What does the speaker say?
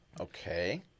Okay